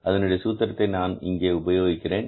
அதனுடைய சூத்திரத்தை நான் இங்கே உபயோகிக்கிறேன்